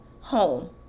home